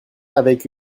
avec